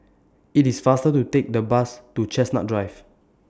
IT IS faster to Take The Bus to Chestnut Drive